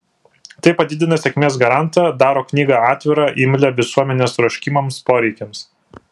tai padidina sėkmės garantą daro knygą atvirą imlią visuomenės troškimams poreikiams